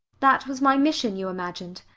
that was my mission, you imagined.